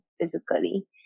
physically